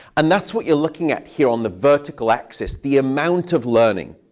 and that's what you're looking at here on the vertical axis, the amount of learning.